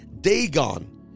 Dagon